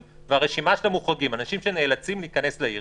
ורשימת המוחרגים, אנשים שנאלצים להיכנס לעיר.